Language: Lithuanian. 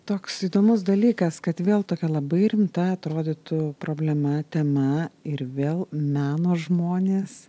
toks įdomus dalykas kad vėl tokia labai rimta atrodytų problema tema ir vėl meno žmonės